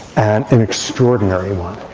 and an extraordinary one.